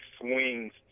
swings